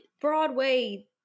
Broadway